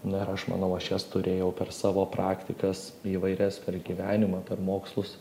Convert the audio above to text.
na ir aš manau aš jas turėjau per savo praktikas įvairias per gyvenimą per mokslus